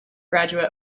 graduate